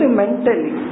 mentally